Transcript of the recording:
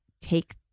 take